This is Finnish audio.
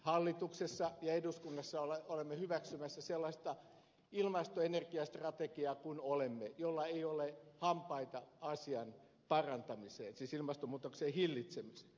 hallituksessa ja eduskunnassa olemme hyväksymässä sellaista ilmasto ja energiastrategiaa kuin olemme jolla ei ole hampaita asian parantamiseen siis ilmastonmuutoksen hillitsemiseen